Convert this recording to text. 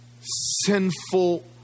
sinful